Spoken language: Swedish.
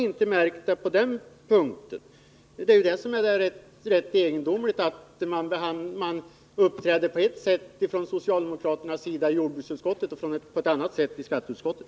Det är ju det som är egendomligt att man från socialdemokraternas sida uppträder på ett sätt i jordbruksutskottet och på ett annat sätt i skatteutskottet.